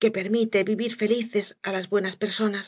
que permite vivir felices á las buenas personas